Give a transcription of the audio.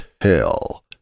Hell